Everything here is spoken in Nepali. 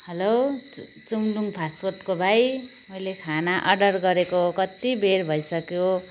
हेलो चुङदुङ फास्ट फुडको भाइ मैले खाना अर्डर गरेको कत्तिबेर भइसक्यो